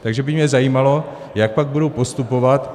Takže by mě zajímalo, jak pak budou postupovat.